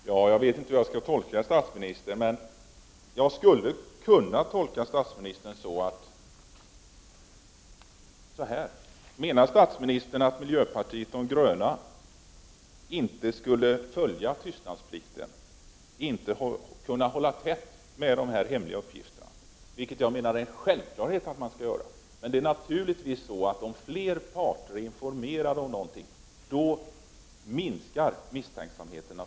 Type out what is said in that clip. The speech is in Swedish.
Herr talman! Jag vet inte hur jag skall tolka statsministern, men jag skulle kunna tolka honom så, att statsministern menar att miljöpartiet de gröna inte skulle kunna klara tystnadsplikten, inte kunna hålla tätt med hemliga uppgifter, vilket jag menar att man självfallet skall göra. Det är naturligtvis så, att om fler parter är informerade minskar misstänksamheten.